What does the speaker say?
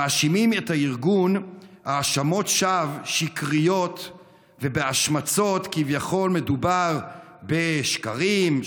מאשימים את הארגון האשמות שווא שקריות והשמצות שכביכול מדובר בשקרים,